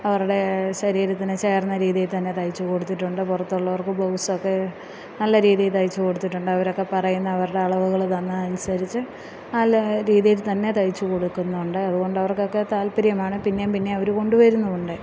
അവരുടെ ശരീരത്തിന് ചേർന്ന രീതീ തന്നെ തയ്ച്ച് കൊടുത്തിട്ടുണ്ട് പുറത്തുള്ളവർക്ക് ബ്ലൗസൊക്കെ നല്ല രീതീ തയിച്ച് കൊടുത്തിട്ടുണ്ട് അവരൊക്കെ പറയുന്നത് അവരുടെ അളവുകൾ തന്നതനുസരിച്ച് നല്ല രീതിയിൽ തന്നെ തയിച്ച് കൊടുക്കുന്നുണ്ട് അത്കൊണ്ട് അവർക്കൊക്കെ താല്പര്യമാണ് പിന്നേം പിന്നേം അവർ കൊണ്ടു വരുന്നുമുണ്ട്